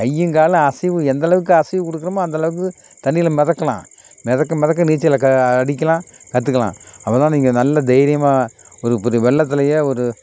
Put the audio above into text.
கையும் காலும் அசைவு எந்தளவுக்கு அசைவு கொடுக்குறமோ அந்தளவுக்கு தண்ணியில் மிதக்கலாம் மிதக்க மிதக்க நீச்சலை க அடிக்கலாம் கற்றுக்கலாம் அப்போதான் நீங்கள் நல்ல தைரியமாக ஒரு ஒரு வெள்ளத்துலேயே ஒரு